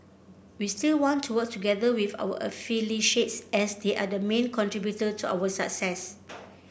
we still want to work together with our affiliates as they are the main contributor to our success